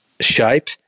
shape